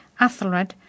Athelred